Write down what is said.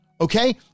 Okay